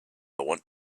want